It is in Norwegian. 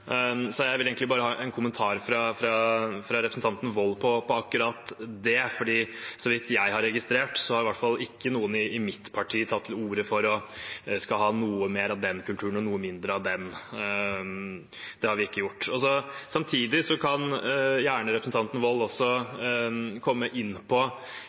så mye den andre. Så jeg vil egentlig bare ha en kommentar fra representanten Wold på akkurat det, for så vidt jeg har registrert, har i hvert fall ikke noen i mitt parti tatt til orde for å skulle ha noe mer av den kulturen og noe mindre av den. Det har vi ikke gjort. Samtidig kan gjerne representanten Wold også komme inn på